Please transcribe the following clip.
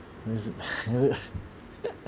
is it